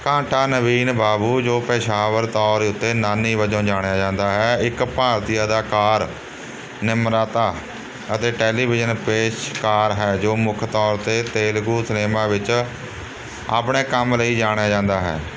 ਘੰਟਾ ਨਵੀਨ ਬਾਬੂ ਜੋ ਪੇਸ਼ਾਵਰ ਤੌਰ ਉੱਤੇ ਨਾਨੀ ਵਜੋਂ ਜਾਣਿਆ ਜਾਂਦਾ ਹੈ ਇੱਕ ਭਾਰਤੀ ਅਦਾਕਾਰ ਨਿਮਰਾਤਾ ਅਤੇ ਟੈਲੀਵਿਜ਼ਨ ਪੇਸ਼ਕਾਰ ਹੈ ਜੋ ਮੁੱਖ ਤੌਰ 'ਤੇ ਤੇਲਗੂ ਸਿਨੇਮਾ ਵਿੱਚ ਆਪਣੇ ਕੰਮ ਲਈ ਜਾਣਿਆ ਜਾਂਦਾ ਹੈ